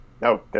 no